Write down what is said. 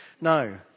No